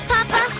Papa